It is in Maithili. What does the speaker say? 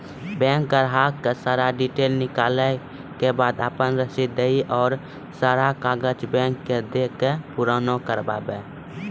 बैंक ग्राहक के सारा डीटेल निकालैला के बाद आपन रसीद देहि और सारा कागज बैंक के दे के पुराना करावे?